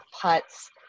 putts